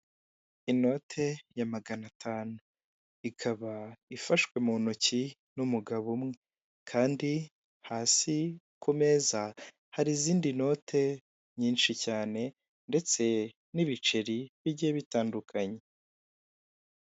Ikinyabiziga k'ibinyamitende kikoreye kigaragara cyakorewe mu Rwanda n'abagabo batambuka muri iyo kaburimbo n'imodoka nyinshi ziparitse zitegereje abagenzi.